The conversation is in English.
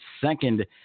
second